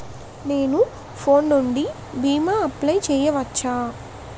నేను ఫోన్ నుండి భీమా అప్లయ్ చేయవచ్చా?